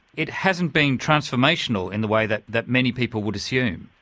it hasn't been transformational in the way that that many people would assume.